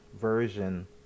version